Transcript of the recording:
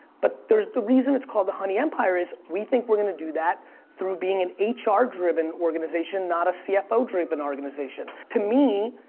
but there's the reason it's called the honey empire is we think we're gonna do that through being an ah hr driven organization, not a cfo driven organization. to me,